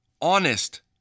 honest